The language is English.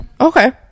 Okay